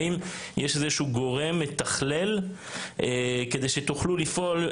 האם יש איזשהו גורם מתכלל כדי שתוכלו לפעול?